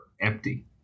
empty